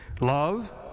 Love